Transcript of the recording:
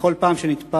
בכל פעם שנתפס